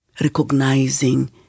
recognizing